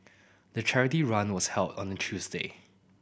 the charity run was held on a Tuesday